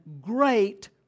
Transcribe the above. great